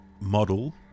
model